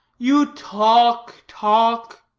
you talk, talk.